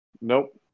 Nope